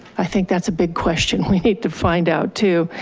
i think that's a big question we need to find out too.